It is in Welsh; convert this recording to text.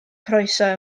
croeso